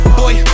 boy